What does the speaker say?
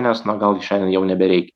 nes na gal gi šian jau nebereikia